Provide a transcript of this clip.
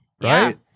right